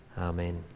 Amen